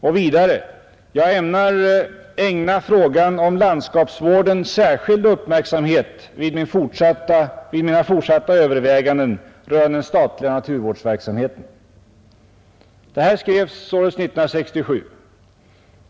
Och vidare: ”Jag ämnar ägna frågan om landskapsvården särskild uppmärksamhet vid mina fortsatta överväganden rörande den statliga naturvårdsverksamheten.” Detta skrevs således 1967.